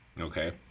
Okay